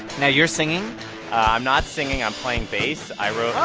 now, you're singing i'm not singing. i'm playing bass. i wrote. oh.